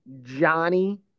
Johnny